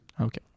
Okay